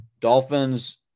Dolphins